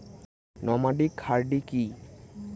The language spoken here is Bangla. নমাডিক হার্ডি কি?